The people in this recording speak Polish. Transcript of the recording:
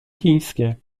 chińskie